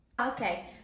Okay